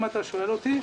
אם אתה שואל אותי,